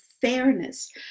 fairness